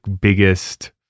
biggest